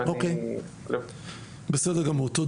פנימיות.